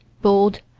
bold,